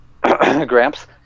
Gramps